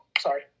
sorry